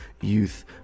Youth